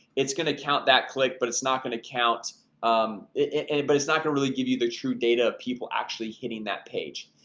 it's gonna count that click, but it's not going to count um any but it's not gonna really give you the true data of people actually hitting that page.